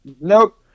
Nope